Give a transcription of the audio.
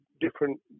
different